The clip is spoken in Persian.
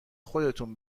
خودتون